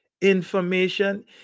Information